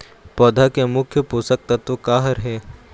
पौधा के मुख्य पोषकतत्व का हर हे?